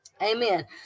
amen